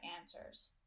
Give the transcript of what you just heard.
answers